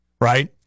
right